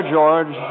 George